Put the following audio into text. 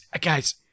guys